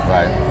Right